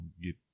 get